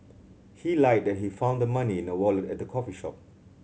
he lied that he found the money in a wallet at the coffee shop